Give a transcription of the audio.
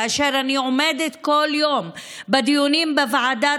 כאשר אני עומדת כל יום בדיונים בוועדת